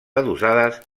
adossades